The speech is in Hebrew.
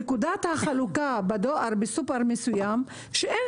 נקודת החלוקה בדואר בסופר מסוים כאשר אין